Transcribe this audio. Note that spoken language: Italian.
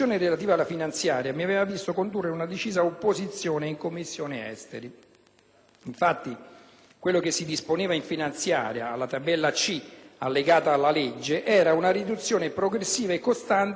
Infatti, quello che si disponeva in finanziaria, alla Tabella C allegata alla legge, era una riduzione progressiva e costante, a partire dal 2009 e fino al 2011, dell'impegno economico dell'Italia.